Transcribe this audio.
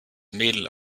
mädel